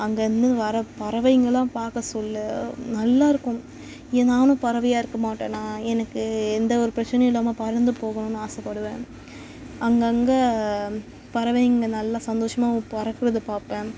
அங்கேருந்து வர பறவைங்களாம் பார்க்க சொல்ல நல்லா இருக்கும் ஏ நானும் பறவையாக இருக்க மாட்டேனா எனக்கு எந்த ஒரு பிரச்சினையும் இல்லாமல் பறந்து போகணும்னு ஆசைப்படுவேன் அங்கங்கே பறவைங்க நல்ல சந்தோஷமாக பறக்கிறது பார்ப்பேன்